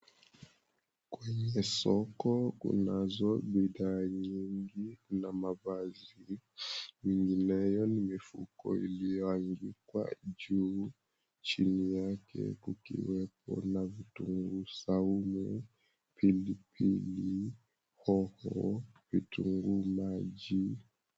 Kwenye soko kunazo bidhaa nyingi na mavazi mingineyo ni mifuko iliyoanikwa juu. Chini yake ikiwemo na vitunguu saumu, pilipili, hoho, vitunguu maji.